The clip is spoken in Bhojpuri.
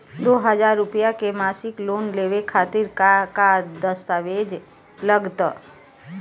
दो हज़ार रुपया के मासिक लोन लेवे खातिर का का दस्तावेजऽ लग त?